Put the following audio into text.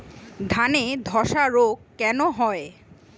ধানে ধসা রোগ কেন হয়?